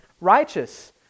righteous